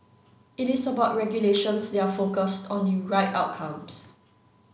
it is about regulations that are focused on the right outcomes